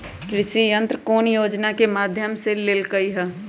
कृषि यंत्र कौन योजना के माध्यम से ले सकैछिए?